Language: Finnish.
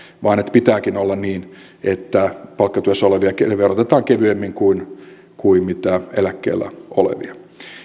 vaan että pitääkin olla niin että palkkatyössä olevia verotetaan kevyemmin kuin kuin eläkkeellä olevia